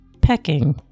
pecking